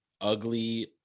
ugly